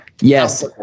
Yes